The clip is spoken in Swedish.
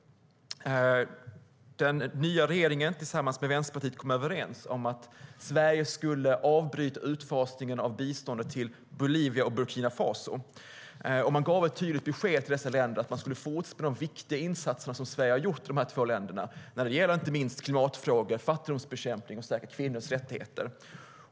Den nya regeringen, tillsammans med Vänsterpartiet, kom överens om att Sverige skulle avbryta utfasningen av biståndet till Bolivia och Burkina Faso. Man gav ett tydligt besked till dessa länder om att man skulle fortsätta med de viktiga insatser som Sverige har gjort i dessa två länder, inte minst när det gäller klimatfrågor, fattigdomsbekämpning och kvinnors rättigheter.